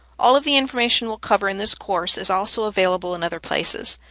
all of the information we'll cover in this course is also available in other places.